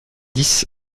dix